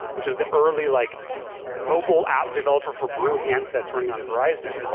which is the early like mobile app developer for brew handsets running on verizon.